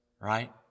right